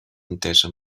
entesa